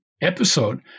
episode